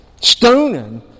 stoning